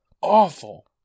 Awful